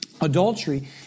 Adultery